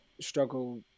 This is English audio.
struggle